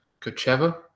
Kocheva